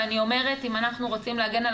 ואני אומרת שאם אנחנו רוצים להגן על